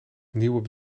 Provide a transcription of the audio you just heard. nieuwe